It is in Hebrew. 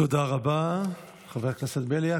תודה רבה, חבר הכנסת בליאק.